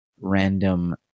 random